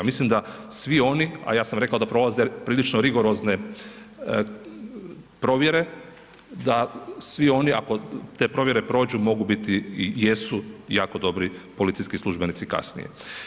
Mislim da svi oni, a ja sam reko da prolaze prilično rigorozne provjere, da svi oni, ako te provjere prođu mogu biti i jesu jako dobri policijski službenici kasnije.